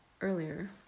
earlier